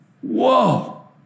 Whoa